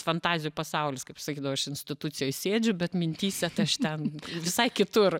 fantazijų pasaulis kaip sakydavo aš institucijoj sėdžiu bet mintyse aš ten visai kitur